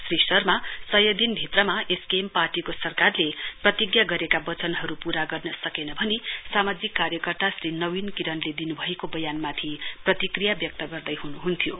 श्री शर्मा सयदिन भित्रमा एसकेएम पार्टीरको सरकारले प्रतिज्ञा गरेका वचनहरू पूरा गर्न सकेन भनी सामाजिक कार्यवर्ता श्री नवीन किरणले दिनुभएको बयानमाथि प्रतिक्रिया व्यक्त गर्दै हुनुहुन्थ्यो